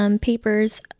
Papers